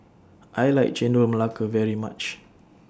I like Chendol Melaka very much